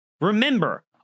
Remember